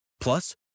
Plus